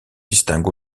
distingue